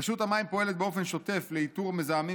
רשות המים פועלת באופן שוטף לאיתור מזהמים